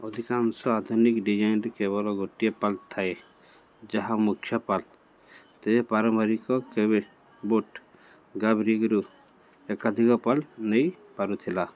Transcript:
ଅଧିକାଂଶ ଆଧୁନିକ ଡିଜାଇନ୍ରେ କେବଳ ଗୋଟିଏ ପାଲ ଥାଏ ଯାହା ମୁଖ୍ୟ ପାଲ ତେବେ ପାରମ୍ପରିକ କ୍ୟାଟବୋଟ୍ ଗାଫ୍ ରିଗ୍ରୁ ଏକାଧିକ ପାଲ ନେଇପାରୁଥିଲା